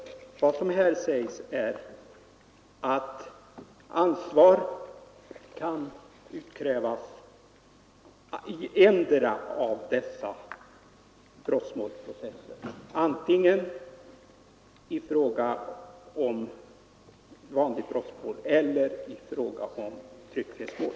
Men vad som här sägs är att ansvar kan utkrävas i endera av ifrågavarande brottmålsprocesser: antingen i vanligt brottmål eller i tryckfrihetsmål.